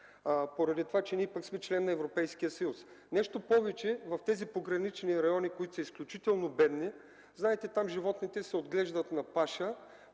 поради това, че ние пък сме член на Европейския съюз. Нещо повече, в тези погранични райони, които са изключително бедни, животните се отглеждат на паша